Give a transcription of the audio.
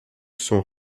sont